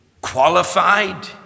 qualified